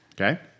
Okay